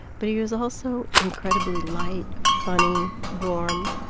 but he was also incredibly light, funny, warm.